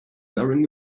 wearing